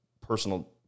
personal